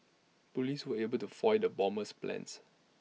Police were able to foil the bomber's plans